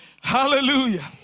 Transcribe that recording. Hallelujah